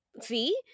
See